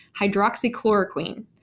hydroxychloroquine